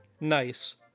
Nice